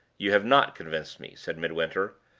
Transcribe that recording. you have not convinced me, said midwinter.